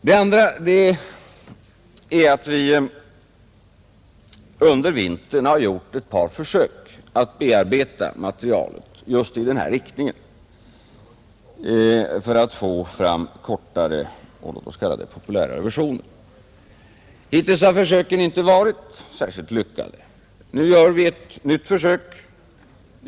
Vi har vidare under vintern gjort ett par försök att bearbeta materialet just i denna riktning för att få fram kortare och låt oss kalla det populärare versioner. Hittills har försöken inte varit särskilt lyckade. Nu gör vi ett nytt försök.